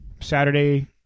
Saturday